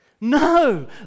No